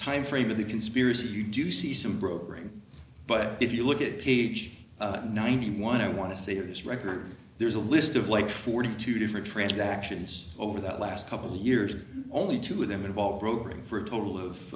timeframe of the conspiracy you do see some brokering but if you look at page ninety one i want to say this record there's a list of like forty two different transactions over the last couple of years only two of them involve probing for a total of